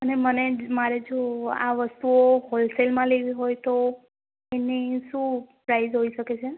અને મને મારે જો આ વસ્તુઓ હોલસેલમાં લેવી હોય તો એની શું પ્રાઈજ હોઇ સકે છે